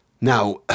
Now